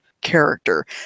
character